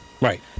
right